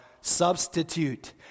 substitute